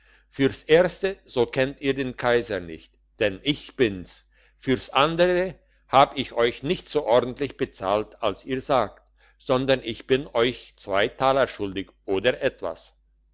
fürs erste so kennt ihr den kaiser nicht denn ich bin's fürs andere hab ich euch nicht so ordentlich bezahlt als ihr sagt sondern ich bin euch zwei taler schuldig oder etwas